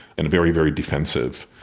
and very, very defensive.